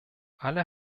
alle